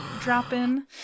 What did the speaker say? drop-in